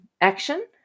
action